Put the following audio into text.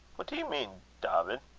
what do ye mean, dawvid?